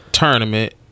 tournament